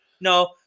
No